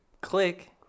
click